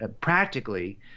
practically